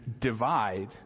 divide